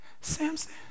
Samson